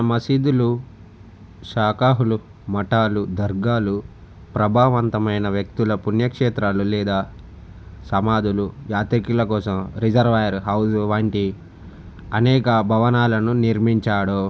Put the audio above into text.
ఆయన మసీదులు షాకాహులు మఠాలు దర్గాలు ప్రభావవంతమైన వ్యక్తుల పుణ్యక్షేత్రాలు లేదా సమాధులు యాత్రికుల కోసం రిజర్వాయర్ హౌజు వంటి అనేక భవనాలను నిర్మించాడు